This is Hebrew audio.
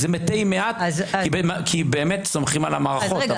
זה מתי מעט כי סומכים על המערכות,